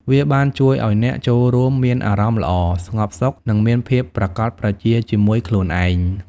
វាបានជួយឲ្យអ្នកចូលរួមមានអារម្មណ៍ល្អ ស្ងប់សុខនិងមានភាពប្រាកដប្រជាជាមួយខ្លួនឯង។